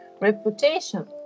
reputation